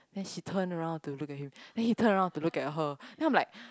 then she turn around to look at him then he turn around to look at her then I'm like